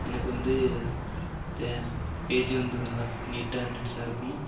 எனக்கு வந்து பேஜ் வந்து நல்லா நீட்டாக என்ஹேன்ஸாக இருக்கும்